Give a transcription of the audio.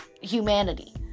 humanity